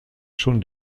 schon